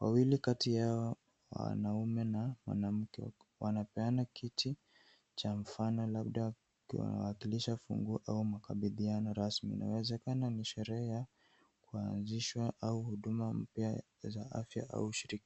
Wawili kati yao wanaume na mwanamke wanapeana kiti cha mfano labda, ikiwa inawakilisha funguo au makabidhiano rasmi. Inawezekana ni sherehe ya kuanzishwa au huduma mpya za afya au ushiriki.